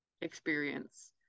experience